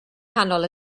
nghanol